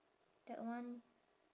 that one